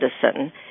citizen